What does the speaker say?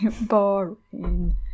Boring